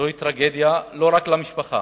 זוהי טרגדיה לא רק למשפחה,